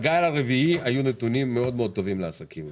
בגל הרביעי היו נתונים מאוד טובים לעסקים,